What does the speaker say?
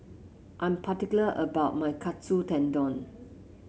I am particular about my Katsu Tendon